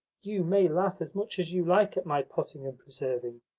you may laugh as much as you like at my potting and preserving,